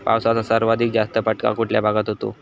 पावसाचा सर्वाधिक जास्त फटका कुठल्या भागात होतो?